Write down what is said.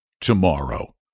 Tomorrow